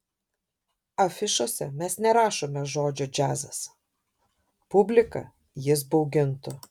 afišose mes nerašome žodžio džiazas publiką jis baugintų